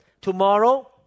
Tomorrow